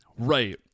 Right